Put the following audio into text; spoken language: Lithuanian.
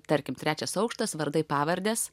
tarkim trečias aukštas vardai pavardės